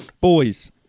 Boys